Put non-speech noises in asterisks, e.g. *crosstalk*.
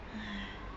*noise*